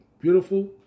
beautiful